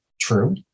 true